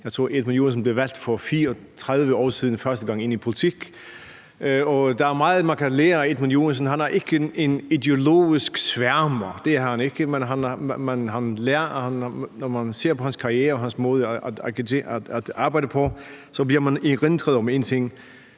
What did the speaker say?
jeg tror, hr. Edmund Joensen første gang blev valgt ind i politik for 34 år siden. Og der er meget, man kan lære af hr. Edmund Joensen. Han er ikke en ideologisk sværmer. Det er han ikke, men når man ser på hans karriere og hans måde at arbejde på, bliver man erindret om en ting,